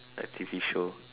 a T_V show